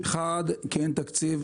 דבר ראשון, כי אין תקציב.